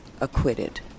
acquitted